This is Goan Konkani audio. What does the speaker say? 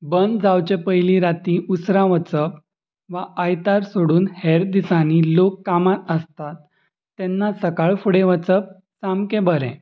बंद जावचे पयलीं रातीं उसरां वचप वा आयतार सोडून हेर दिसांनी लोक कामांत आसतात तेन्ना सकाळ फुडें वचप सामकें बरें